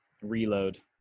Reload